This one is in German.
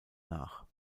nach